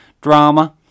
drama